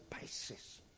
basis